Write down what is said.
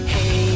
Hey